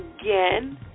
again